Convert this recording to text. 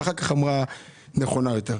ואחר כך נכונה יותר.